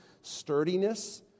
sturdiness